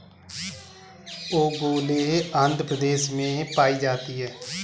ओंगोले आंध्र प्रदेश में पाई जाती है